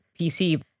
PC